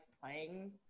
playing